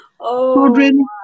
Children